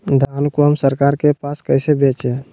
धान को हम सरकार के पास कैसे बेंचे?